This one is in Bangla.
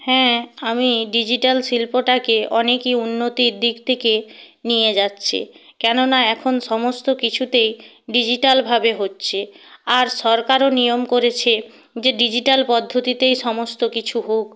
হ্যাঁ আমি ডিজিটাল শিল্পটাকে অনেকই উন্নতির দিক থেকে নিয়ে যাচ্ছে কেননা এখন সমস্ত কিছুতেই ডিজিটালভাবে হচ্ছে আর সরকারও নিয়ম করেছে যে ডিজিটাল পদ্ধতিতেই সমস্ত কিছু হোক